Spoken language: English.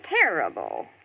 terrible